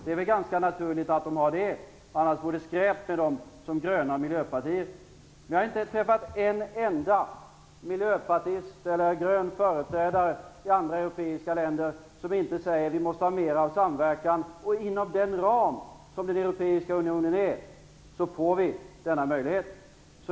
Det är ganska naturligt att de har sådana - det vore skräp av dem som gröna partier att inte ha det - men jag har inte träffat en enda miljöpartist eller grön företrädare i andra europeiska länder som inte säger att vi måste ha mera av samverkan. Inom den ram som Europeiska unionen ger får vi denna möjlighet.